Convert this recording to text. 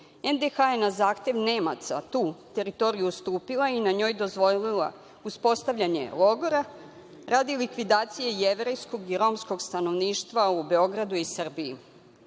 je na zahtev Nemaca tu teritoriju ustupila i na njoj dozvolila uspostavljanje logora radi likvidacije jevrejskog i romskog stanovništva u Beogradu i Srbiji.